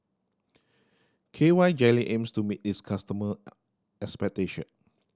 K Y Jelly aims to meet its customer expectation